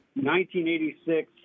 1986